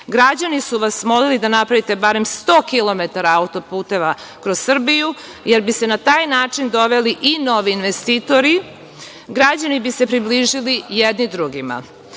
Građani su vas molili da napravite barem 10 km autoputeva kroz Srbiju, jer bi se na taj način doveli i novi investitori. Građani bi se približili jedni drugima. Beograd